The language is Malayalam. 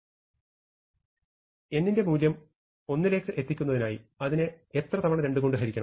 n ന്റെ മൂല്യം 1 ലേക്ക് എത്തിക്കുന്നതിനായി അതിനെ എത്രതവണ 2 കൊണ്ട് ഹരിക്കണം